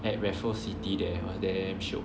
at Raffles City there it was damn shiok